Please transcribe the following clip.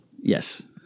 Yes